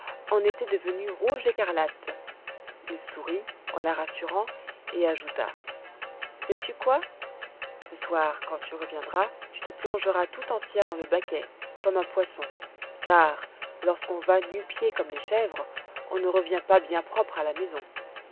en étaient devenus rouge écarlate il sourit en la rassurant et ajouta sais-tu quoi ce soir quand tu reviendras tu te plongeras tout entière dans le baquet comme un poisson car lorsqu'on va nu-pieds comme les chèvres on ne revient pas bien propre à la maison